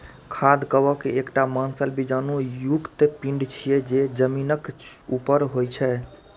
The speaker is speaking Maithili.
खाद्य कवक एकटा मांसल बीजाणु युक्त पिंड छियै, जे जमीनक ऊपर होइ छै